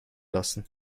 lassen